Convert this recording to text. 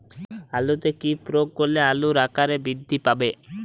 আলুতে কি প্রয়োগ করলে আলুর আকার বৃদ্ধি পাবে?